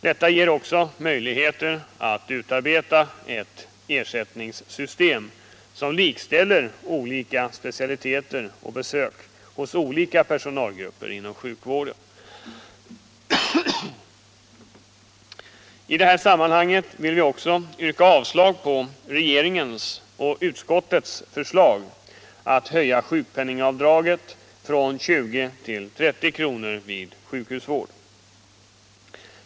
Detta ger också möjligheter att utarbeta ett ersättningssystem som likställer olika specialiteter och besök hos olika personalgrupper inom sjukvården. I detta sammanhang vill vi också yrka avslag på regeringens av utskottet tillstyrkta förslag att höja sjukpenningavdraget från 20 kr. till 30 kr. vid sjukhusvård.